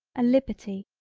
a liberty,